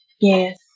Yes